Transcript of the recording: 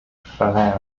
ferait